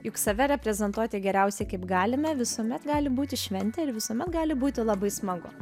juk save reprezentuoti geriausiai kaip galime visuomet gali būti šventė ir visuomet gali būti labai smagu